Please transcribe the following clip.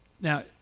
now